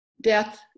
death